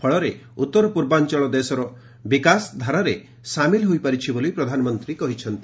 ଫଳରେ ଉତ୍ତର ପୂର୍ବାଞ୍ଚଳ ଦେଶର ବିକାଶ ଧାରାରେ ସାମିଲ ହୋଇପାରିଛି ବୋଲି ପ୍ରଧାନମନ୍ତ୍ରୀ କହିଛନ୍ତି